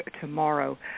tomorrow